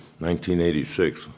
1986